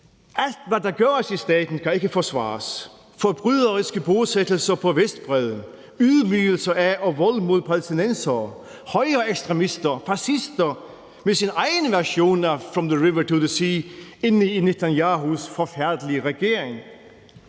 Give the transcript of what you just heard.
Alt, hvad der gøres i staten, kan ikke forsvares. Forbryderiske bosættelser på Vestbredden, ydmygelser af og vold mod palæstinensere, højreekstremister, fascister, med deres egen version af »From the river to the sea« i Netanyahus forfærdelige regering.